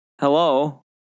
hello